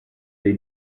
dei